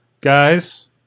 Guys